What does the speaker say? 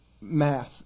math